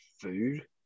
food